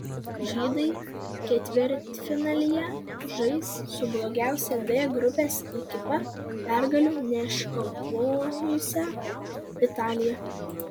žydai ketvirtfinalyje žais su blogiausia d grupės ekipa pergalių neiškovojusia italija